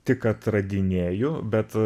tik atradinėju bet